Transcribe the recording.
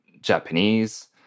Japanese